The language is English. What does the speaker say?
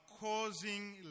causing